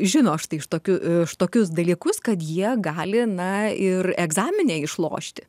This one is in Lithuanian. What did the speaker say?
žino štai štokiu štokius dalykus kad jie gali na ir egzamine išlošti